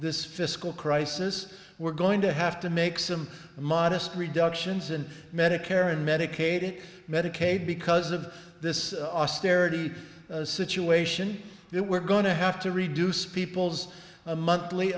this fiscal crisis we're going to have to make some modest reductions and medicare and medicaid medicaid because of this austerity situation that we're going to have to reduce people's a monthly